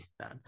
man